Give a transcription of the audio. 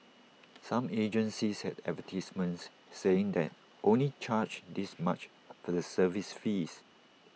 some agencies had advertisements saying they only charge this much for the service fees